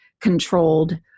controlled